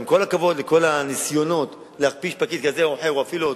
עם כל הכבוד לניסיונות להכפיש פקיד כזה או אחר או אפילו אותי,